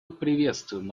приветствуем